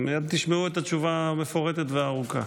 תשמעו את התשובה המפורטת והארוכה.